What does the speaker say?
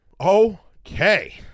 Okay